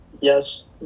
Yes